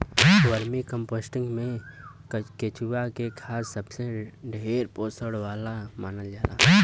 vermicomposting में केचुआ के खाद सबसे ढेर पोषण वाला मानल जाला